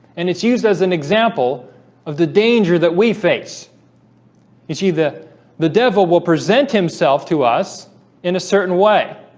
and it's used as an example of the danger that we face you see that the devil will present himself to us in a certain way